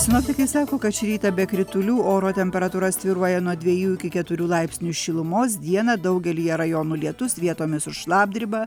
sinoptikai sako kad šį rytą be kritulių oro temperatūra svyruoja nuo dviejų iki keturių laipsnių šilumos dieną daugelyje rajonų lietus vietomis su šlapdriba